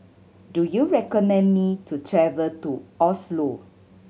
do you recommend me to travel to Oslo